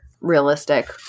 realistic